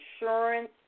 insurance